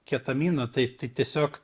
ketamino tai t tiesiog